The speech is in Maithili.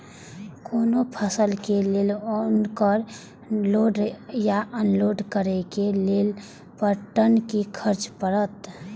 कोनो फसल के लेल उनकर लोड या अनलोड करे के लेल पर टन कि खर्च परत?